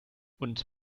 und